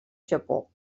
japó